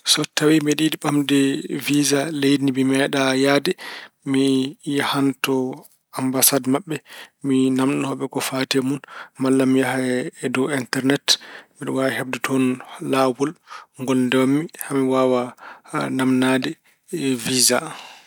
So tawi mbeɗa yiɗi ɓamde wiisa leydi ndi mi meeɗa yahde, mi yahan to ammbasaad maɓɓe, mi naamnoo ɓe ko fayti e mun. Malla mi yaha e dow enternet, mbeɗe waawi heɓde toon laawol ngol ndewan mi haa mi waawa naamnaade wiisa.